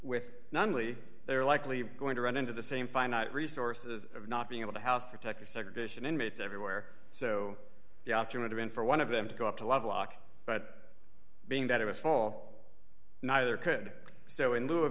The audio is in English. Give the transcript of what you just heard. with nunley they're likely going to run into the same finite resources of not being able to house protective segregation inmates everywhere so the option would have been for one of them to go up to lovelock but being that it was full neither could so in lieu of